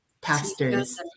pastors